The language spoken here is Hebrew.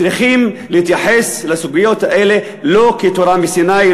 צריכים להתייחס לסוגיות האלה לא כתורה מסיני,